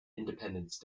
independence